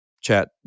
chat